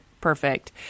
perfect